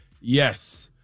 yes